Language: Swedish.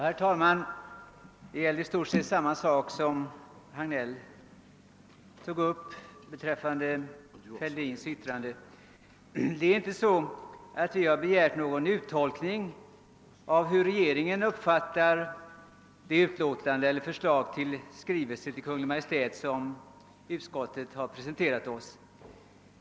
Herr talman! Vad jag ville säga gäller i stort sett samma sak som herr Hagnell tog upp beträffande herr Fälldins yttrande. Vi har inte begärt någon uttolkning av hur:regeringen tolkar det förslag till:skrivelse till Kungl. Maj:t som utskottet har presenterat oss.